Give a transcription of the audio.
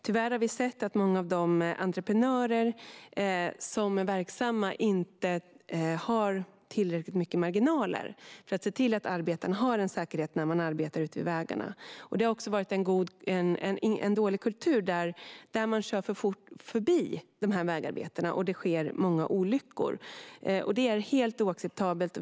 Tyvärr har vi sett att många av de entreprenörer som är verksamma inte har tillräckliga marginaler för att se till att arbetarna är säkra ute på vägarna. Det har också funnits en dålig kultur: Man kör för fort förbi vägarbetarna, och många olyckor sker. Det är helt oacceptabelt.